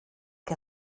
que